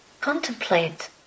contemplate